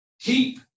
keep